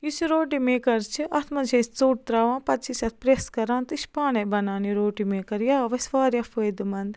یُس یہِ روٹی میکَر چھِ اَتھ منٛز چھِ أسۍ ژوٚٹ ترٛاوان پَتہٕ چھِ أسۍ اتھ پرٛٮ۪س کَران تہٕ یہِ چھِ پانَے بَنان یہِ روٹی میکَر یہِ آو اَسہِ واریاہ فٲیدٕ منٛد